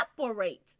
separate